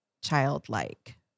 childlike